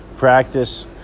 Practice